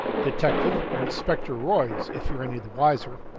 detective or inspector royds, if you're any the wiser.